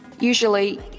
usually